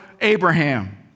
Abraham